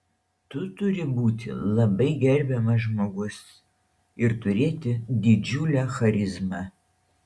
tu turi būti labai gerbiamas žmogus ir turėti didžiulę charizmą